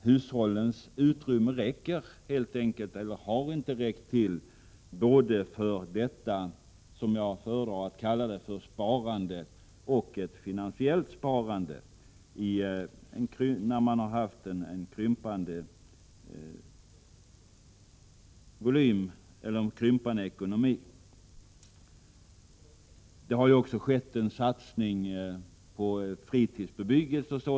Hushållens utrymme har helt enkelt inte räckt till för både detta sparande, som jag föredrar att kalla det, och ett finansiellt sparande när man haft krympande ekonomi. Det har också gjorts betydande satsningar på fritidsbebyggelse.